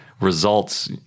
results